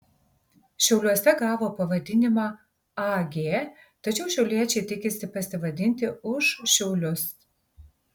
šiauliuose gavo pavadinimą ag tačiau šiauliečiai tikisi pasivadinti už šiaulius